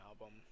album